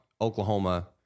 Oklahoma